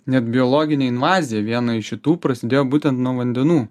net biologinė invazija viena iš šitų prasidėjo būtent nuo vandenų